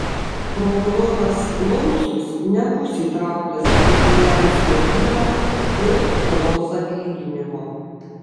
prokuroras laucius nebus įtrauktas į kurlianskio bylą dėl žalos atlyginimo